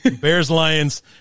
Bears-Lions